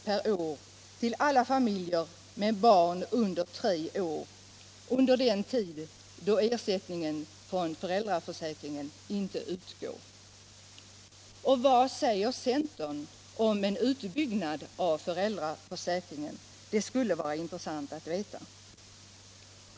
per år till alla familjer med barn under tre år under den tid ersättning från föräldraförsäkringen inte utgår? Vad säger centern om en utbyggnad av föräldraförsäkringen? Det skulle vara intressant att veta.